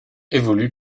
évolue